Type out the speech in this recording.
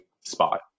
spot